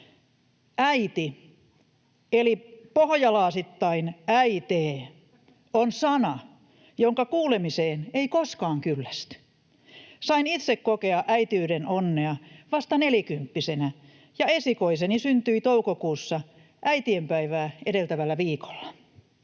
”Äiti” eli pohojalaasittain ”äitee” on sana, jonka kuulemiseen ei koskaan kyllästy. Sain itse kokea äitiyden onnea vasta nelikymppisenä, ja esikoiseni syntyi toukokuussa äitienpäivää edeltävällä viikolla.